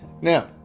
Now